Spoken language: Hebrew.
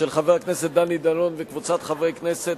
של חבר הכנסת דני דנון וקבוצת חברי הכנסת,